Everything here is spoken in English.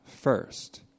first